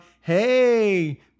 Hey